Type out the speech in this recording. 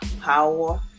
Power